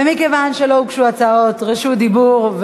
ומכיוון שלא הוגשו הצעות לרשות דיבור,